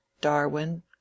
Darwin